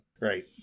Right